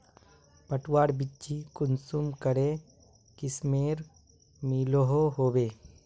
पटवार बिच्ची कुंसम करे किस्मेर मिलोहो होबे?